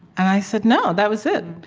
and i said, no, that was it.